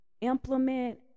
implement